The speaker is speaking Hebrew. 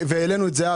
והעלינו את זה.